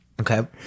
Okay